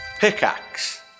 Pickaxe